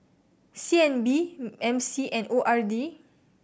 C N B M C and O R D